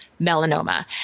melanoma